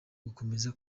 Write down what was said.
gukomeza